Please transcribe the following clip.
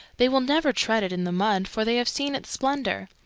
they will never tread it in the mud, for they have seen its splendour.